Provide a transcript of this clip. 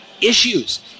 issues